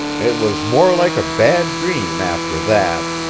it was more like a bad dream after that.